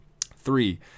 Three